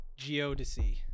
geodesy